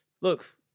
Look